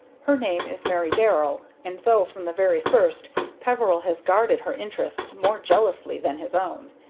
her name is mary darrell, and though from the very first peveril has guarded her interests more jealously than his own,